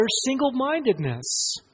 single-mindedness